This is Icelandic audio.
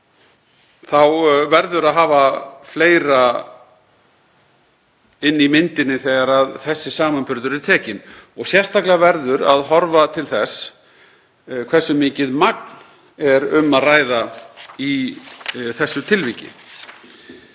þá verður að hafa fleira inni í myndinni þegar þessi samanburður er gerður og sérstaklega verður að horfa til þess hversu mikið magn er um að ræða í þessu tilviki.